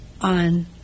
on